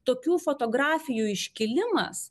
tokių fotografijų iškilimas